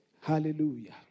Hallelujah